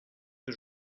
que